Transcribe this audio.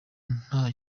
nta